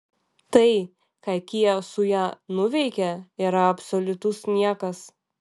tai ką kia su ja nuveikia yra absoliutus niekas